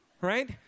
right